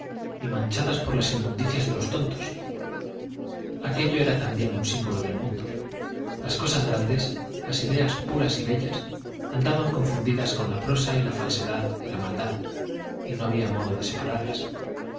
y manchadas por las inmundicias de los tontos aquello era también un símbolo del mundo las cosas grandes las ideas puras y bellas andaban confundidas con la prosa y la falsedad y la maldad y no había modo de separarlas